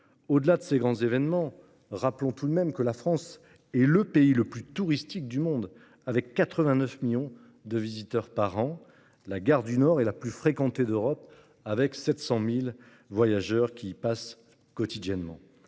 Au-delà de ces grands événements, rappelons tout de même que la France est le pays le plus touristique du monde avec 89 millions de visiteurs par an. La gare du Nord est la plus fréquentée d'Europe avec 700 000 voyageurs quotidiens.